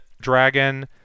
Dragon